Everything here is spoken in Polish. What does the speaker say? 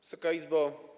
Wysoka Izbo!